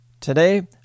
Today